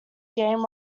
game